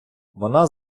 вона